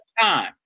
Time